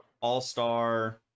all-star